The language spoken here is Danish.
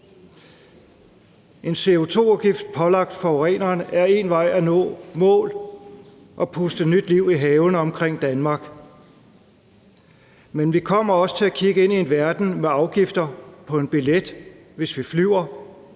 En CO2 afgift pålagt forureneren er én vej til at nå i mål og puste nyt liv i havene omkring Danmark, men vi kommer også til at kigge ind i en verden med afgifter på en billet, hvis vi flyver,